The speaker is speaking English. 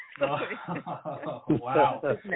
wow